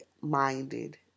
minded